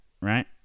right